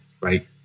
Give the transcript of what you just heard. right